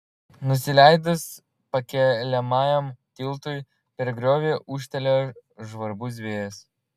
nusileidus pakeliamajam tiltui per griovį ūžtelėjo žvarbus vėjas